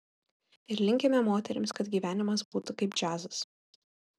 ir linkime moterims kad gyvenimas būtų kaip džiazas